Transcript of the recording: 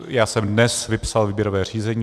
Já jsem dnes vypsal výběrové řízení.